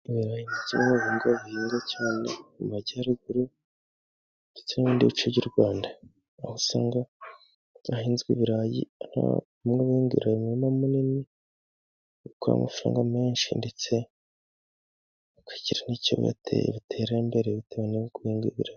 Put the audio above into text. Ibirayi ni kimwe mu bihingwa cyane mu Majyaruguru ndetse no mu bindi bice by'u Rwanda, aho usanga harahinzwe ibirayi umurima munini, bagakuramo amafaranga menshi, ndetse bakagira n'iterambere bitewe nuko bahinze ibirayi.